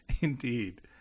Indeed